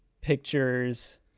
pictures